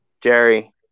Jerry